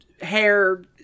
Hair